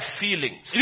feelings